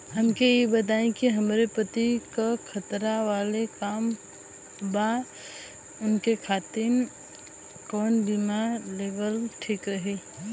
हमके ई बताईं कि हमरे पति क खतरा वाला काम बा ऊनके खातिर कवन बीमा लेवल ठीक रही?